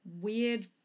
weird